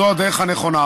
זו הדרך הנכונה.